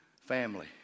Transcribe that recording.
family